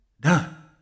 done